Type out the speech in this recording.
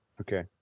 Okay